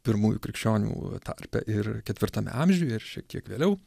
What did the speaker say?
pirmųjų krikščionių tarpe ir ketvirtame amžiuje ir šiek tiek vėliau